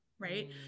right